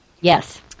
Yes